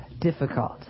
difficult